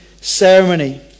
ceremony